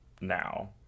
now